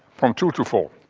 from two to four.